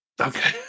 Okay